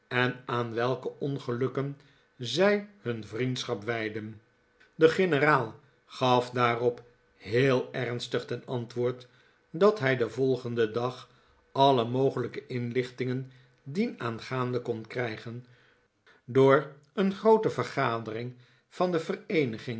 en aan welke ongelukken zij hun vriendschap wijdden de generaal gaf daarop heel ernstig ten antwoord dat hij den volgenden dag alle mogelijke inlichtingen dienaangaande kon krijgen door een groote vergadering van die